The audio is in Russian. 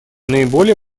наиболее